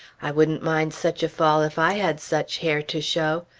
i wouldn't mind such a fall if i had such hair to show.